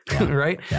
right